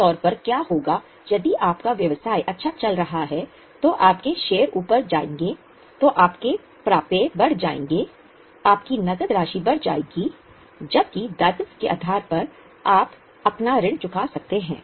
आम तौर पर क्या होगा यदि आपका व्यवसाय अच्छा चल रहा है तो आपके शेयर ऊपर जाएंगे तो आपके प्राप्य बढ़ जाएंगे आपकी नकद राशि बढ़ जाएगी जबकि दायित्व के आधार पर आप अपना ऋण चुका सकते हैं